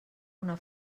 una